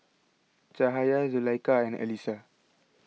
Cahaya Zulaikha and Alyssa